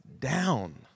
down